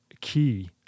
key